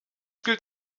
gilt